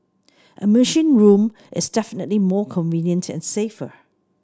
a machine room is definitely more convenient and safer